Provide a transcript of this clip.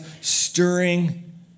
stirring